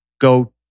go